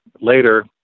later